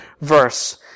verse